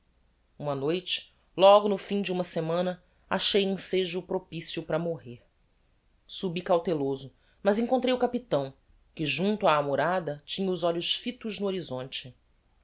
uma noite logo no fim do uma semana achei ensejo propicio para morrer subi cauteloso mas encontrei o capitão que junto á amurada tinha os olhos fitos no horizonte